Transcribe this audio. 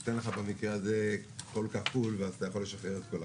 אני אתן לך במקרה הזה קול כפול ואז אתה יכול לשחרר את כולם.